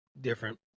different